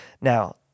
Now